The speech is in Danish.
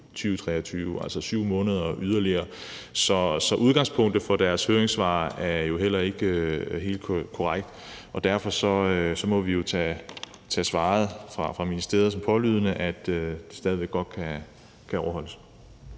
altså er 7 måneder yderligere. Så udgangspunktet for deres høringssvar er jo heller ikke helt korrekt, og derfor må vi tage svaret fra ministeriet om, at det stadig væk godt kan overholdes,